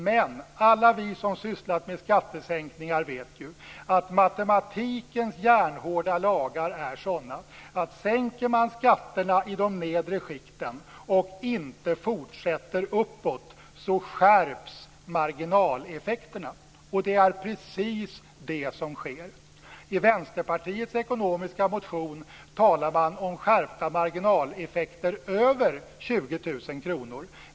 Men alla vi som har sysslat med skattesänkningar känner till matematikens järnhårda lagar. De är sådana att om man sänker skatterna i de nedre skikten och inte fortsätter uppåt så skärps marginaleffekterna. Det är precis det som sker. I Vänsterpartiets ekonomiska motion talar man om skärpta marginaleffekter över 20 000 kr.